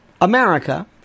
America